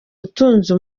utunze